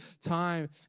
time